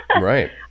right